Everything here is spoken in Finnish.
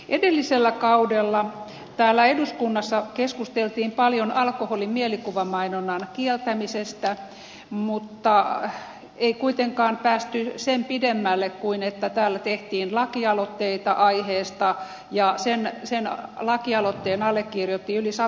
edellisellä kaudella täällä eduskunnassa keskusteltiin paljon alkoholin mielikuvamainonnan kieltämisestä mutta ei kuitenkaan päästy sen pidemmälle kuin että täällä tehtiin lakialoitteita aiheesta ja lakialoitteen allekirjoitti yli sata kansanedustajaa